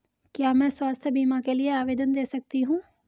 क्या मैं स्वास्थ्य बीमा के लिए आवेदन दे सकती हूँ?